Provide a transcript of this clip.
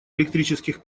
электрических